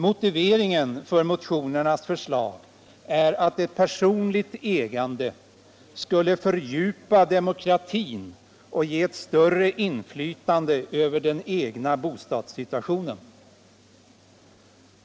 Motiveringen för förslaget är att ett personligt ägande skulle fördjupa demokratin och ge ett större inflytande över den egna bostadssituationen.